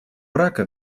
рака